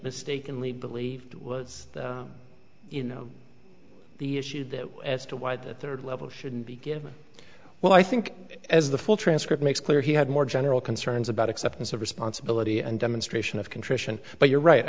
mistakenly believed was you know the issue as to why that third level should be given well i think as the full transcript makes clear he had more general concerns about acceptance of responsibility and demonstration of contrition but you're right i